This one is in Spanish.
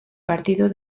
partido